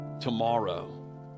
tomorrow